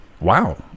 Wow